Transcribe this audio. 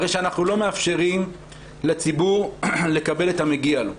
הרי שאנחנו לא מאפשרים לציבור לקבל את המגיע לו.